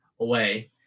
away